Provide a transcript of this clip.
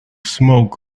smoke